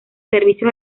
servicios